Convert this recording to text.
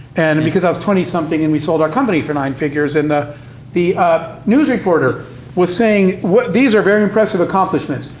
and because i was twenty something and we sold our company for nine figures, and the the news reporter was saying these are very impressive accomplishments.